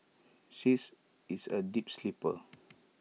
she is is A deep sleeper